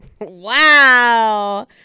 Wow